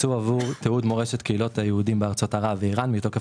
תקצוב עבור תיעוד מורשת קהילות היהודים בארצות ערב ואירן מתוקף